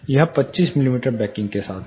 यह 25 मिमी बैकिंग के साथ है